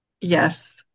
Yes